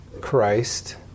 Christ